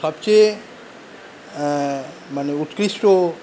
সবচেয়ে মানে উৎকৃষ্ট